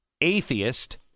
atheist